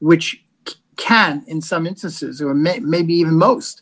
which can in some instances or many maybe most